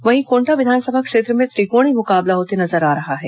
वहीं कोंटा विधानसभा क्षेत्र में त्रिकोणीय मुकाबला होते नजर आ रहा है